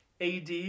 AD